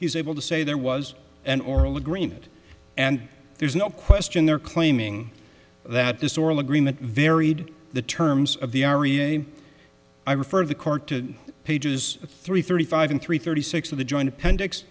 he's able to say there was an oral agreement and there's no question they're claiming that this oral agreement varied the terms of the i refer the court to pages three thirty five and three thirty six of the joint appendix